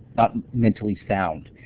not mentally sound.